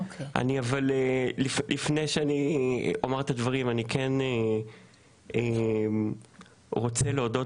אבל לפני שאני אומר את הדברים אני כן רוצה להודות